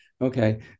Okay